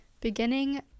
Beginning